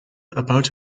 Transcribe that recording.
about